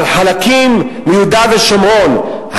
על חלקים מיהודה ושומרון,